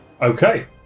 Okay